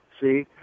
see